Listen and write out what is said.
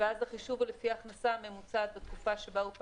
ואז החישוב הוא לפי ההכנסה הממוצעת בתקופה שבה הוא פעל,